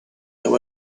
there